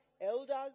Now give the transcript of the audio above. elders